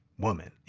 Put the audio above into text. woman. you